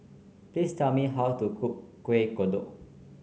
please tell me how to cook Kuih Kodok